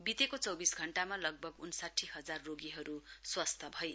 वितेको चौविस घण्टामा लगभग उन्साठी हजार रोगीहरु स्वस्थ भए